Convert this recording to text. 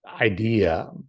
idea